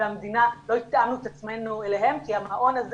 והמדינה לא התאמנו את עצמנו אליהם כי המעון הזה